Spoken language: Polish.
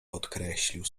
podkreślił